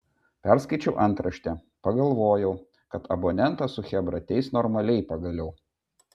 perskaičiau antraštę pagalvojau kad abonentą su chebra teis normaliai pagaliau